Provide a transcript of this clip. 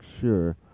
sure